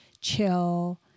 chill